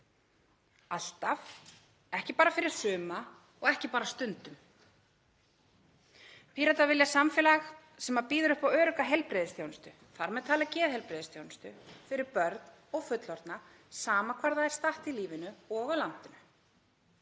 alltaf, ekki bara fyrir suma og ekki bara stundum. Píratar vilja samfélag sem býður upp á örugga heilbrigðisþjónustu, þar með talið geðheilbrigðisþjónustu fyrir börn og fullorðna, sama hvar fólk er statt í lífinu og á landinu.